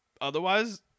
otherwise